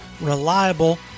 reliable